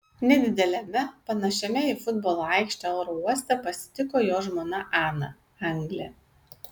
nedideliame panašiame į futbolo aikštę oro uoste pasitiko jo žmona ana anglė